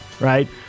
right